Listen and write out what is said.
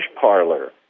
parlor